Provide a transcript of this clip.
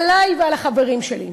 עלי ועל החברים שלי,